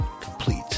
Complete